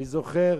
אני זוכר,